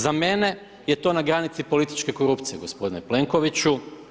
Za mene je to na granici političke korupcije gospodine Plenkoviću.